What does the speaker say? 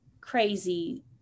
crazy